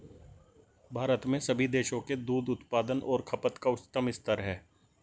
भारत में सभी देशों के दूध उत्पादन और खपत का उच्चतम स्तर है